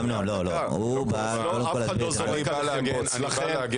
בא להגן.